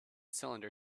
cylinder